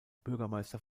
bürgermeister